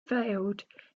failed